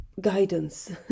guidance